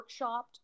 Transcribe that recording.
workshopped